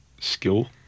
skill